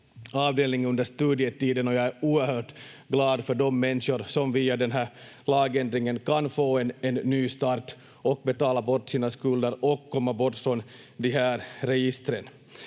avdelning under studietiden, och jag är oerhört glad för de människor som via den här lagändringen kan få en ny start och betala bort sina skulder och komma bort från de här registren.